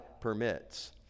permits